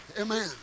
Amen